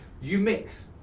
you mix,